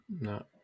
no